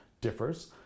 differs